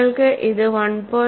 നിങ്ങൾക്ക് ഇത് 1